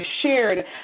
shared